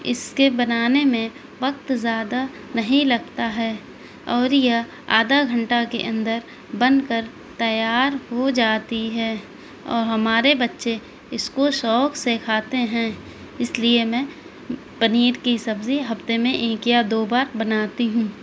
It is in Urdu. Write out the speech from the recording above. اس کے بنانے میں وقت زیادہ نہیں لگتا ہے اور یہ آدھا گھنٹہ کے اندر بن کر تیار ہو جاتی ہے اور ہمارے بچے اس کو شوق سے کھاتے ہیں اس لیے میں پنیر کی سبزی ہفتے میں ایک یا دو بار بناتی ہوں